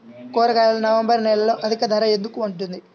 కూరగాయలు నవంబర్ నెలలో అధిక ధర ఎందుకు ఉంటుంది?